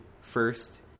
first